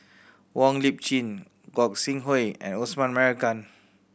Wong Lip Chin Gog Sing Hooi and Osman Merican